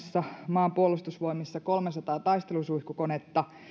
maan puolustusvoimissa kolmesataa taistelusuihkukonetta